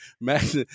Max